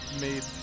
made